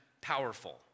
powerful